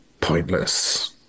pointless